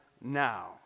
now